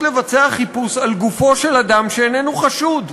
לבצע חיפוש על גופו של אדם שאיננו חשוד.